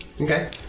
Okay